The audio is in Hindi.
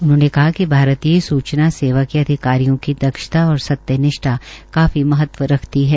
उन्होंने कहा कि भारतीय सूचना सेवा के अधिकारियों की दक्षता और सत्य निष्ठा काफी महत्व रखती है